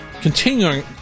continuing